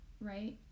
right